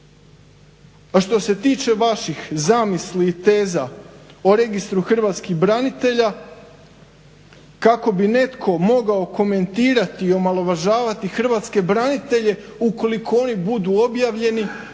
Pa što se tiče vaših zamisli i teza o registru hrvatskih branitelja, kako bi netko mogao komentirati i omalovažavati hrvatske branitelje ukoliko oni budu objavljeni.